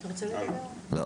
לא.